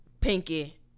pinky